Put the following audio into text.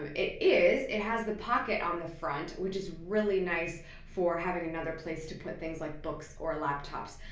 um it is. it has the pocket on the front, which is really nice for having another place to put things like books or laptops.